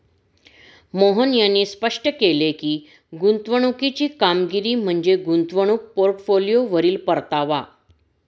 मोहन यांनी स्पष्ट केले की, गुंतवणुकीची कामगिरी म्हणजे गुंतवणूक पोर्टफोलिओवरील परतावा